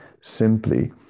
simply